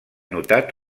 notat